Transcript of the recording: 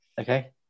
Okay